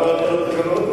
למה רק על התחנות?